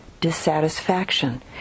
dissatisfaction